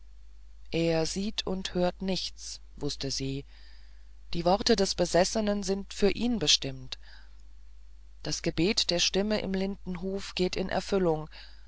er sieht und hört nichts wußte sie die worte des besessenen sind für ihn bestimmt das gebet der stimme im lindenhof geht in erfüllung